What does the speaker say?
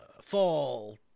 fall